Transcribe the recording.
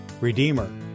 Redeemer